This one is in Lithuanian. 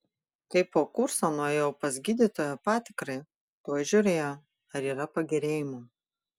kai po kurso nuėjau pas gydytoją patikrai tuoj žiūrėjo ar yra pagerėjimų